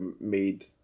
made